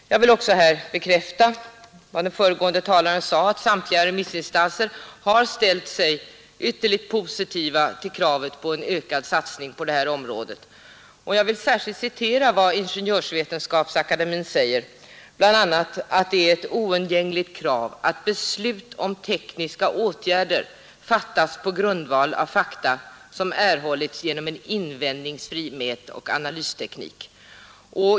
Jag vill också här bekräfta vad den föregående talaren sade att samtliga remissinstanser har ställt sig ytterligt positiva till kravet på en ökad satsning på detta område. Ingenjörsvetenskapsakademien säger bl.a. att det är ett oundgängligt krav att beslut om tekniska åtgärder fattas på grundval av fakta som erhållits genom en invändningsfri mätoch analysteknik.